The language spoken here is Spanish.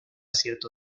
cierto